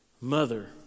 mother